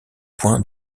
point